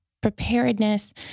preparedness